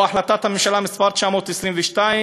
או החלטת הממשלה מס' 922,